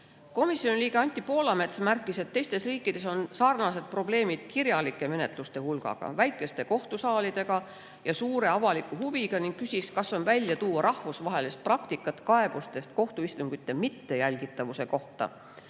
väga. Komisjoni liige Anti Poolamets märkis, et teistes riikides on sarnased probleemid kirjalike menetluste hulgaga, väikeste kohtusaalidega ja avalikkuse suure huviga, ning küsis, kas on välja tuua rahvusvahelist praktikat kaebustest kohtuistungite mittejälgitavuse kohta.